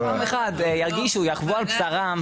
שפעם אחת ירגישו, יחוו על בשרם.